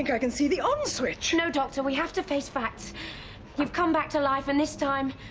yeah i can see the on switch! no doctor, we have to face facts you've come back to life and this time,